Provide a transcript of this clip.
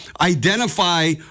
Identify